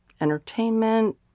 entertainment